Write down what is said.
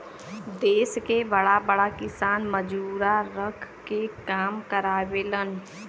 देस के बड़ा बड़ा किसान मजूरा रख के काम करावेलन